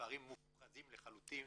מספרים מופרזים לחלוטין